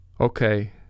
Okay